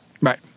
right